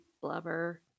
blubber